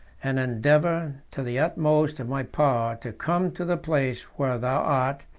and endeavor to the utmost of my power to come to the place where thou art,